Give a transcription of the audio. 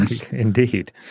Indeed